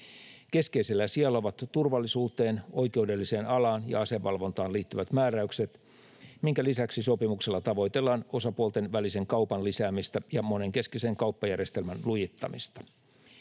Keskeisellä sijalla ovat turvallisuuteen, oikeudelliseen alaan ja asevalvontaan liittyvät määräykset, minkä lisäksi sopimuksella tavoitellaan osapuolten välisen kaupan lisäämistä ja monenkeskisen kauppajärjestelmän lujittamista.